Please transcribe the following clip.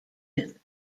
him